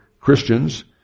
Christians